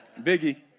Biggie